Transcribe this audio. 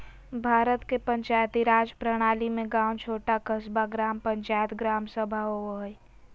भारत के पंचायती राज प्रणाली में गाँव छोटा क़स्बा, ग्राम पंचायत, ग्राम सभा होवो हइ